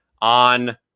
on